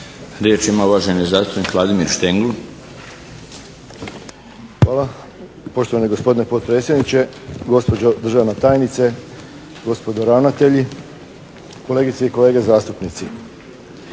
Vladimir Štengl. **Štengl, Vladimir (HDZ)** Hvala poštovani gospodine potpredsjedniče, gospođo državna tajnice, gospodo ravnatelji, kolegice i kolege zastupnici.